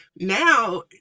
Now